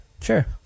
Sure